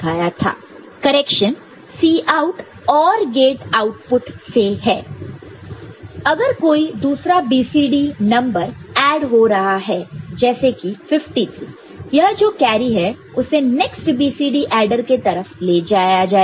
correction Cout OR gate output से है अगर कोई दूसरा BCD नंबर ऐड हो रहा है जैसे कि 53 यह जो कैरी है उसे नेक्स्ट BCD एडर के तरफ ले जाया जाएगा